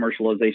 commercialization